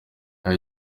aho